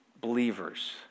believers